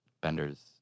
Bender's